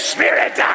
Spirit